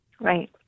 Right